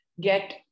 get